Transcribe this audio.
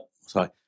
Sorry